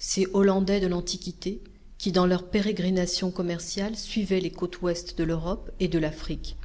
ces hollandais de l'antiquité qui dans leurs pérégrinations commerciales suivaient les côtes ouest de l'europe et de l'afrique